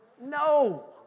No